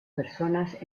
personas